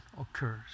occurs